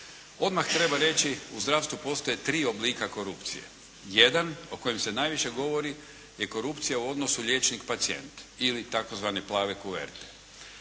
Odmah treba reći u zdravstvu postoje tri oblika korupcije. Jedan o kojem se najviše govori je korupcija u odnosu liječnik pacijent ili tzv. plave kuverte.